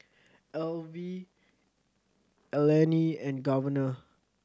Alvie Eleni and Governor